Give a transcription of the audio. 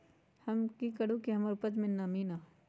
हम की करू की हमार उपज में नमी होए?